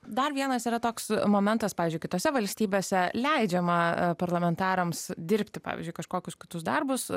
dar vienas yra toks momentas pavyzdžiui kitose valstybėse leidžiama parlamentarams dirbti pavyzdžiui kažkokius kitus darbus